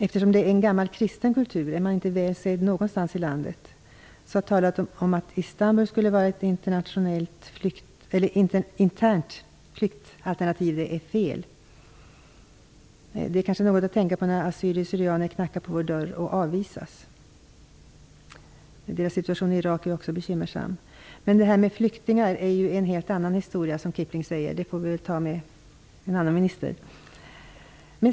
Eftersom det är en gammal kristen kultur är de inte väl sedda någonstans i landet. Att tala om att Istanbul skulle vara ett internt flyktalternativ är fel. Det är kanske något att tänka på när assyriersyrianer knackar på vår dörr och avvisas. Deras situation i Irak är ju också bekymmersam. Men detta med flyktingar är ju en helt annan historia, som Kipling säger. Det får vi väl ta upp med en annan minister.